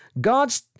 God's